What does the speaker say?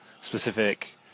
specific